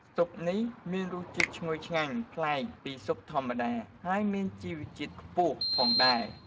ស៊ុបនេះមានរសជាតិឈ្ងុយឆ្ងាញ់ ប្លែកពីស៊ុបធម្មតា ហើយមានជីវជាតិខ្ពស់ផងដែរ។